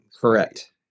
Correct